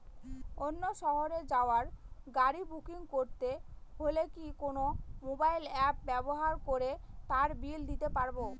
অন্য শহরে যাওয়ার গাড়ী বুকিং করতে হলে কি কোনো মোবাইল অ্যাপ ব্যবহার করে তার বিল দিতে পারব?